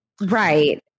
Right